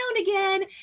again